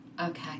Okay